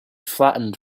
flattened